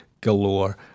Galore